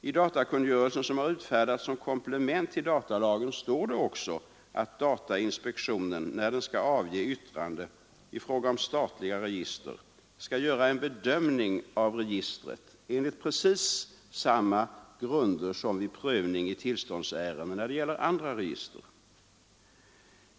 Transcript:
I datakungörelsen, som har utfärdats som komplement till datalagen, står också att datainspektionen, när den skall avge yttrande i fråga om statliga register, skall göra en bedömning av registret enligt precis samma grunder som vid prövning i tillståndsärende när det gäller andra register.